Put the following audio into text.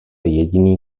jediný